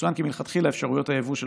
יצוין כי מלכתחילה אפשרויות היבוא של